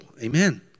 amen